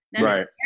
right